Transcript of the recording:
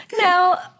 Now